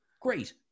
Great